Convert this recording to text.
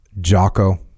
Jocko